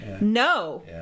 no